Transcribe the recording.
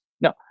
No